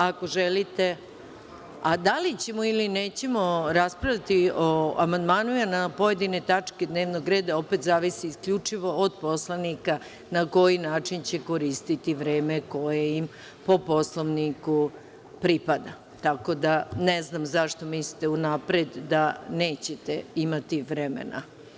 A da li ćemo ili nećemo raspravljati o amandmanima na pojedine tačke dnevnog reda, opet zavisi isključivo od poslanika, na koji način će koristiti vreme koje im po Poslovniku pripada, tako da ne znam zašto mislite unapred da nećete imati vremena.